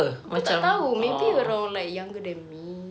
aku tak tahu maybe around like younger than me